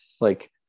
like-